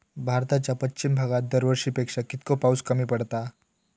भारताच्या पश्चिम भागात दरवर्षी पेक्षा कीतको पाऊस कमी पडता?